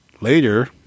later